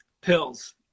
pills